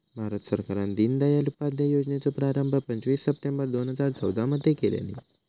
भारत सरकारान दिनदयाल उपाध्याय योजनेचो प्रारंभ पंचवीस सप्टेंबर दोन हजार चौदा मध्ये केल्यानी